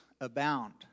abound